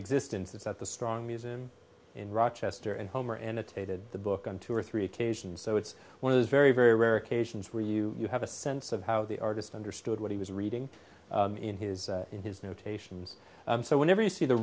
existence it's at the strong museum in rochester and homer annotated the book on two or three occasions so it's one of those very very rare occasions where you have a sense of how the artist understood what he was reading in his in his notations so whenever you see the